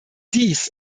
dies